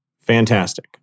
Fantastic